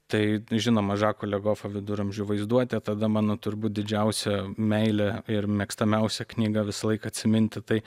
tai žinoma žako legofo viduramžių vaizduotė tada mano turbūt didžiausia meilė ir mėgstamiausia knyga visą laiką atsiminti tai